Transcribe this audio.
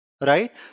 right